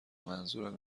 منظورم